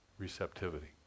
receptivity